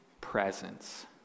presence